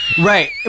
Right